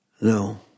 No